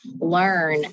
learn